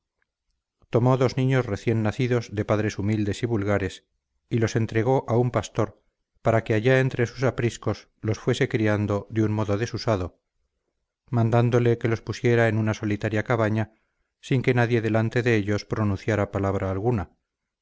tomó dos niños recién nacidos de padres humildes y vulgares y los entregó a un pastor para que allá entre sus apriscos los fuese criando de un modo desusado mandándole que los pusiera en una solitaria cabaña sin que nadie delante de ellos pronunciara palabra alguna